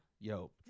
Yo